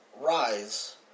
Rise